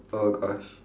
oh gosh